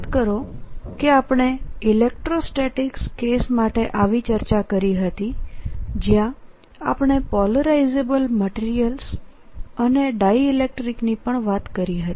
યાદ કરો કે આપણે ઇલેક્ટ્રોસ્ટેટિક કેસ માટે આવી ચર્ચાકરી હતીજ્યાં આપણે પોલેરાઈઝેબલ મટીરીયલ્સ અને ડાયઇલેક્ટ્રિક ની પણ વાત કરી હતી